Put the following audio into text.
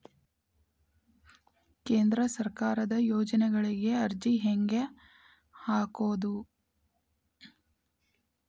ಕೇಂದ್ರ ಸರ್ಕಾರದ ಯೋಜನೆಗಳಿಗೆ ಅರ್ಜಿ ಹೆಂಗೆ ಹಾಕೋದು?